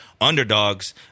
underdogs